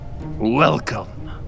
welcome